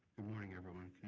morning, everyone.